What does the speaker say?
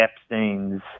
Epstein's